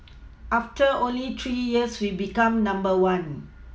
after only three years we've become number one